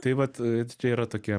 tai vat čia yra tokia